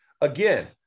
Again